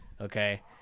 okay